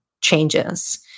changes